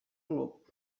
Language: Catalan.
club